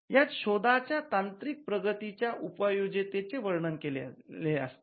यात शोधा च्या तांत्रिक प्रगतीच्या उपयोजिते चे वर्णन केलेले असते